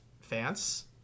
fans